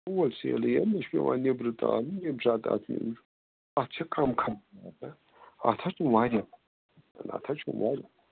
ہول سیلٕے یہِ چھُ مےٚ پٮ۪وان نٮ۪برٕ تارُن ییٚمہِ ساتہٕ اَتھ اَتھ چھا کَم خر اَتھ ہا چھِ واریاہ تہٕ اَتھ ہا چھِ واریاہ